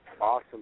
awesome